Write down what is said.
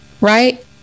right